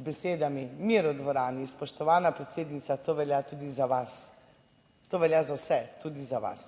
z besedami: Mir v dvorani, spoštovana predsednica, to velja tudi za vas, to velja za vse, tudi za vas.